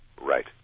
right